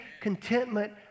contentment